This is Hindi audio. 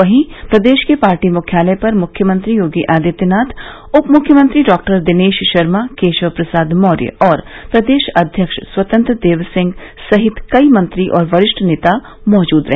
वहीं प्रदेश के पार्टी मुख्यालय पर मुख्यमंत्री योगी आदित्यनाथ उपमुख्यमंत्री डॉक्टर दिनेश शर्मा केशव प्रसाद मौर्य और प्रदेश अध्यक्ष स्वतंत्र देव सिंह सहित कई मंत्री और वरिष्ठ नेता मौजूद रहे